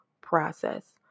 process